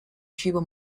cibo